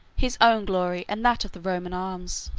his own glory, and that of the roman arms.